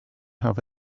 have